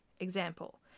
example